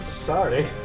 Sorry